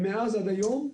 ומאז ועד היום,